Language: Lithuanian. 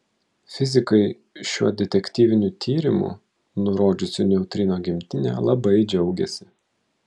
fizikai šiuo detektyviniu tyrimu nurodžiusiu neutrino gimtinę labai džiaugiasi